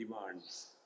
demands